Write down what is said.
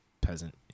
peasant